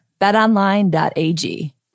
betonline.ag